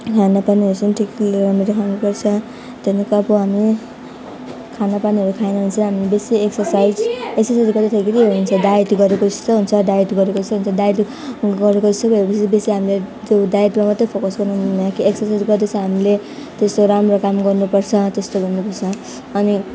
खाना पानीहरू चाहिँ ठिक राम्ररी खानु पर्छ त्यहाँदेखि अब हामी खाना पानीहरू खाएन भने चाहिँ हामी बेसी एक्सर्साइज एक्सर्साइज गर्दाखेरि हुन्छ डायट गरेको जस्तो हुन्छ डायट गरेको जस्तो हुन्छ डायट गरेको जस्तो भयो पछि बेसी हामीले त्यो डायटमा मात्र फोकस गर्नु हुन्न कि एक्सर्साइज गर्दैछ हामीले त्यस्तो राम्रो काम गर्नु पर्छ त्यस्तो गर्नु पर्छ अनि